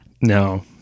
No